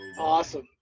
Awesome